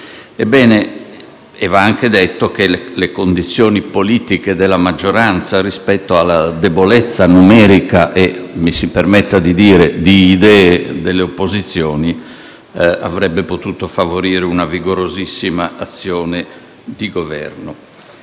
easing*. Va anche detto che le condizioni politiche della maggioranza rispetto alla debolezza numerica e - mi si permetta di dire - di idee delle opposizioni avrebbero potuto favorire una rigorosissima azione di Governo.